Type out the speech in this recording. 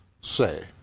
say